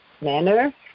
manner